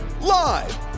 Live